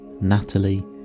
Natalie